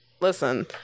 Listen